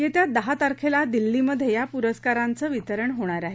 येत्या दहा तारखेला दिल्लीमध्ये या पुरस्कारांचं वितरण होणार आहे